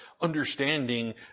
understanding